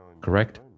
correct